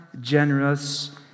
generous